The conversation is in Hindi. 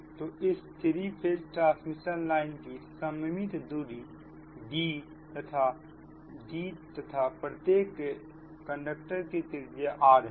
तो इस 3 फेज ट्रांसमिशन लाइन की सममित दूरी d तथा प्रत्येक कंडक्टर की त्रिज्या r है